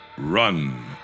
run